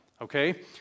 okay